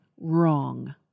wrong